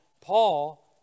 Paul